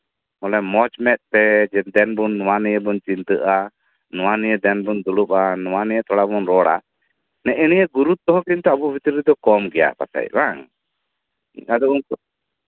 ᱚᱱᱮ ᱢᱚᱸᱡ ᱢᱮᱫᱛᱮ ᱛᱟᱦᱮᱸᱱ ᱵᱚᱱ ᱱᱚᱣᱟ ᱱᱤᱭᱟᱹ ᱵᱚᱱ ᱪᱤᱱᱛᱟᱹᱜᱼᱟ ᱱᱚᱣᱟ ᱱᱤᱭᱟᱹ ᱛᱷᱚᱲᱟ ᱵᱚᱱ ᱫᱩᱲᱩᱵᱼᱟ ᱱᱚᱣᱟ ᱱᱤᱭᱟᱹ ᱛᱷᱚᱲᱟ ᱵᱚᱱ ᱨᱚᱲᱼᱟ ᱱᱮᱜ ᱮ ᱱᱤᱭᱟᱹ ᱜᱩᱨᱩᱛᱛᱚ ᱱᱤᱭᱟᱹ ᱫᱚ ᱠᱚᱦᱚᱸ ᱠᱤᱱᱛᱩ ᱠᱚᱢ ᱜᱮᱭᱟ ᱪᱮᱫ ᱵᱟᱝ